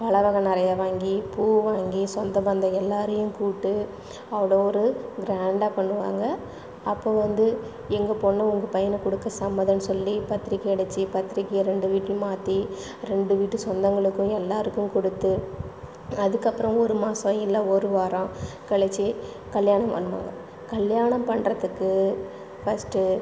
பல வகை நிறையா வாங்கி பூ வாங்கி சொந்தபந்தம் எல்லாரையும் கூப்பிட்டு அவ்வளோ ஒரு க்ரேண்டாக பண்ணுவாங்க அப்போ வந்து எங்கள் பொண்ணை உங்கள் பையனுக்கு கொடுக்க சம்மதன்னு சொல்லி பத்திரிக்கை அடிச்சு பத்திரிக்கையை ரெண்டு வீட்லையும் மாற்றி ரெண்டு வீட்டு சொந்தங்களுக்கும் எல்லாருக்கும் கொடுத்து அதற்கப்பறம் ஒரு மாதம் இல்லை ஒரு வாரம் கழிச்சி கல்யாணம் பண்ணுவாங்க கல்யாணம் பண்ணுறத்துக்கு ஃபர்ஸ்ட்டு